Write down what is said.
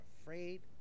afraid